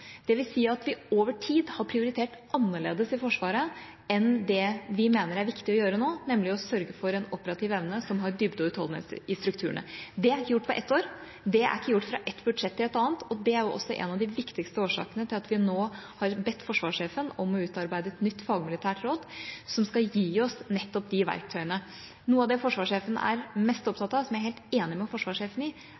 si at vi over tid har prioritert annerledes i Forsvaret enn det vi mener er viktig å gjøre nå, nemlig å sørge for en operativ evne som har dybde og utholdenhet i strukturene. Det er ikke gjort på ett år, det er ikke gjort fra ett budsjett til et annet, og det er også en av de viktigste årsakene til at vi nå har bedt forsvarssjefen om å utarbeide et nytt fagmilitært råd som skal gi oss nettopp de verktøyene. Noe av det forsvarssjefen er mest